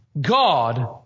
God